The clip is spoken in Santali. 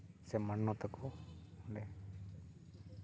ᱥᱮ ᱢᱟᱱᱚᱛ ᱟᱠᱚ ᱚᱸᱰᱮ